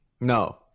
No